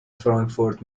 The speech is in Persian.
فرانکفورت